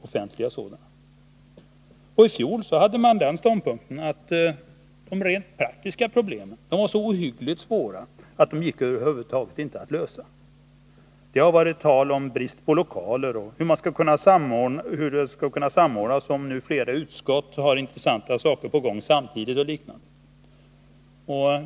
Och i fjol hade man den ståndpunkten, att de rent praktiska problemen var så ohyggligt svåra att de över huvud taget inte gick att lösa. Det har varit tal om brist på lokaler, om samordningssvårigheter för den händelse att flera utskott har intressanta saker på gång samtidigt och liknande.